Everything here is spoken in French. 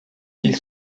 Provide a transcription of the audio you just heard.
ils